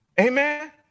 Amen